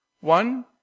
One